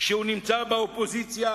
כשהוא נמצא באופוזיציה